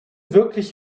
wirklich